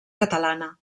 catalana